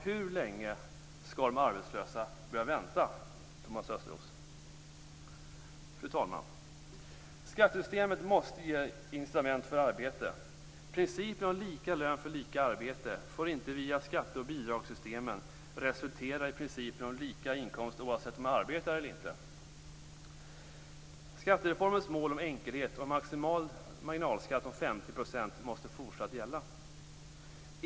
Hur länge skall de arbetslösa behöva vänta, Thomas Östros? Fru talman! Skattesystemet måste ge incitament för arbete. Principen om lika lön för lika arbete får inte via skatte och bidragssystemen resultera i principen om lika inkomst oavsett om man arbetar eller inte. Skattereformens mål, enkelhet och en maximal marginalskatt på 50 %, måste fortsatt gälla.